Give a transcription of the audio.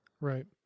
Right